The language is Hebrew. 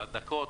אדוני.